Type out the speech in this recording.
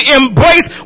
embrace